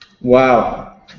Wow